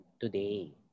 today